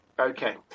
Okay